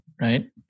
right